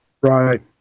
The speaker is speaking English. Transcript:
Right